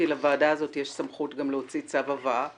לוועדה הזאת יש סמכות גם להוציא צו הבאה